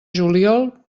juliol